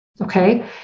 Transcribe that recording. Okay